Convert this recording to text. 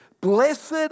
blessed